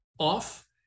Off